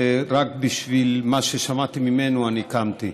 ורק בשביל מה ששמעתי ממנו אני קמתי,